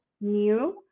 new